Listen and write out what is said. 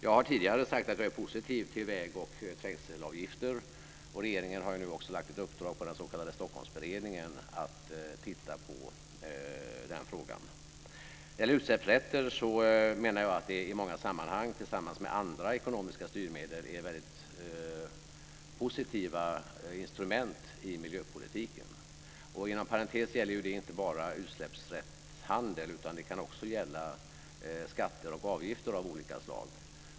Jag har tidigare sagt att jag är positiv till väg och trängselavgifter, och regeringen har nu också lagt ett uppdrag till den s.k. Stockholmsberedningen att titta på den frågan. När det gäller utsläppsrätter menar jag att de i många sammanhang, tillsammans med andra ekonomiska styrmedel, är väldigt positiva instrument i miljöpolitiken. Inom parentes gäller det inte bara utsläppsrättshandel, utan det kan också gälla skatter och avgifter av olika slag.